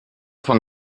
von